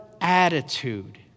attitude